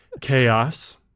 chaos